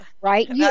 right